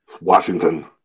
Washington